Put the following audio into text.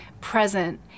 present